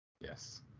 Yes